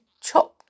chopped